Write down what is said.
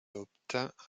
obtint